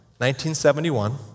1971